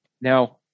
Now